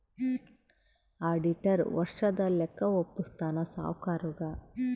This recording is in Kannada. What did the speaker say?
ಆಡಿಟರ್ ವರ್ಷದ ಲೆಕ್ಕ ವಪ್ಪುಸ್ತಾನ ಸಾವ್ಕರುಗಾ